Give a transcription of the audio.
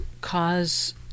cause